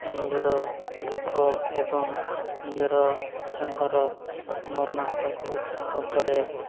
ନିଜର ଦୁଃଖ ଏବଂ ନିଜର ତାଙ୍କର ମର୍ମାହତକୁ ତାଙ୍କ ଉପରେ